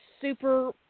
super